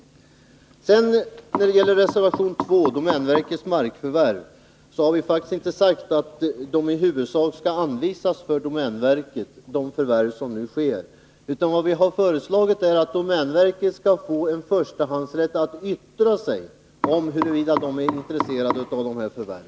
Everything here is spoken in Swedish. När det sedan gäller reservation 2 om markförvärv har vi faktiskt inte sagt att markområdena i huvudsak skall anvisas domänverket, utan vi har föreslagit att domänverket skall få en förstahandsrätt att yttra sig om huruvida verket är intresserat av ifrågavarande förvärv.